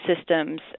systems